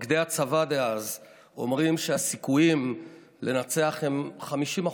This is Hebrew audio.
מפקדי הצבא דאז אומרים שהסיכויים לנצח הם 50%,